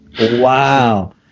Wow